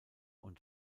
und